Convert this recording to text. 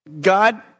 God